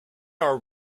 are